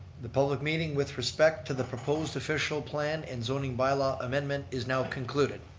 the public meeting with respect to the proposed official plan and zoning bylaw amendment is now concluded.